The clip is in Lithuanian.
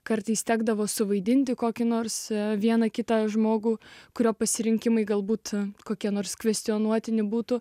kartais tekdavo suvaidinti kokį nors vieną kitą žmogų kurio pasirinkimai galbūt kokia nors kvestionuotini būtų